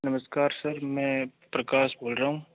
नमस्कार सर मैं प्रकाश बोल रहा हूँ